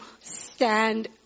stand